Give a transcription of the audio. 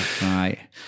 right